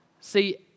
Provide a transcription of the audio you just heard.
See